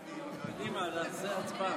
נלך להביא איזה קריוקי.